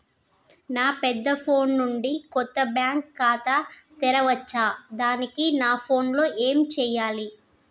నా పెద్ద ఫోన్ నుండి కొత్త బ్యాంక్ ఖాతా తెరవచ్చా? దానికి నా ఫోన్ లో ఏం చేయాలి?